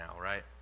right